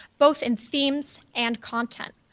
both in themes and content,